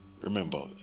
remember